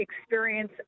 experience